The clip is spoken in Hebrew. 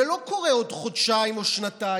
זה לא קורה עוד חודשיים או שנתיים,